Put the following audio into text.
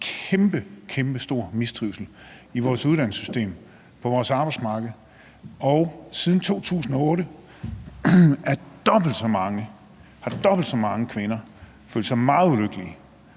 som har kæmpestor mistrivsel – i vores uddannelsessystem, på vores arbejdsmarked. Siden 2008 har dobbelt så mange kvinder følt sig meget ulykkelige